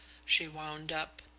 she wound up.